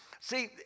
See